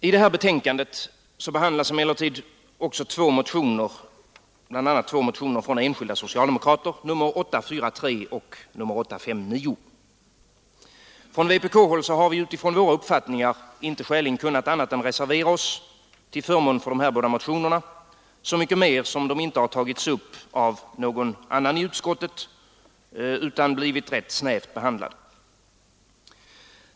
I det här betänkandet behandlas emellertid också två motioner från enskilda socialdemokrater, motionerna 843 och 859. Från vpk-håll har vi utifrån våra uppfattningar inte skäligen kunnat annat än reservera oss till förmån för båda motionerna, så mycket mer som de inte har tagits upp av någon annan i utskottet utan blivit rätt snävt behandlade.